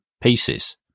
pieces